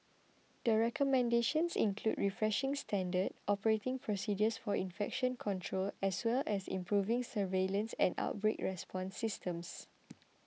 the recommendations include refreshing standard operating procedures for infection control as well as improving surveillance and outbreak response systems